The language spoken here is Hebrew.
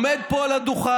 הוא עומד פה על הדוכן